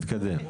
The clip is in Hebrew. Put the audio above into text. תתקדם,